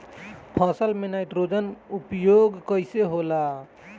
फसल में नाइट्रोजन के उपयोग कइसे होला?